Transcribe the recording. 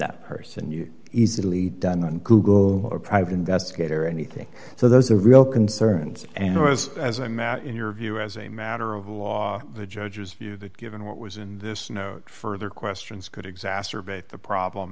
that person you easily done on google or private investigator or anything so those are real concerns and i was as a matter in your view as a matter of law the judge's view that given what was in this note further questions could exacerbate the